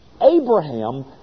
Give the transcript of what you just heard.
Abraham